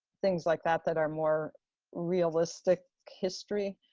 things like that, that are more realistic history.